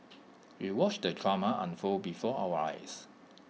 we watched the drama unfold before our eyes